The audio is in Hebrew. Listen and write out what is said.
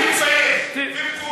אני אתייחס לכל מכבסת המילים שלך.